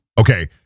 Okay